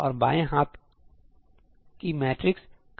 और बाएं हाथ की मैट्रिक्स का क्या होता है